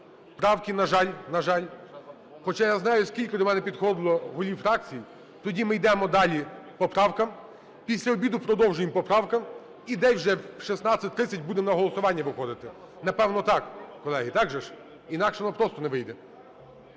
на жаль, на жаль, хоча я знаю, скільки до мене підходило голів фракцій. Тоді ми йдемо далі по правках. Після обіду продовжуємо по правках, і десь вже в 16:30 будемо на голосування виходити. Напевно, так, колеги. Так же ж? Інакше ми просто не вийдемо.